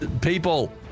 people